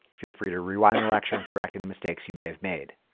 feel free to rewind the lecture and correct any mistakes you may have made.